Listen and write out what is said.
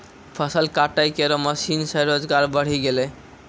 फसल काटै केरो मसीन सें रोजगार बढ़ी गेलै